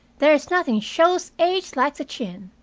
there's nothing shows age like the chin.